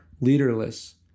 leaderless